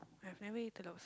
I have never eaten lobster